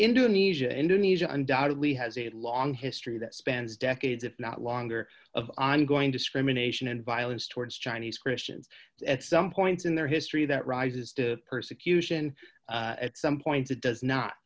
indonesia indonesia undoubtedly has a long history that spans decades if not longer of i'm going to scream a nation and violence towards chinese christians at some points in their history that rises to persecution at some point it does not